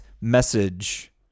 message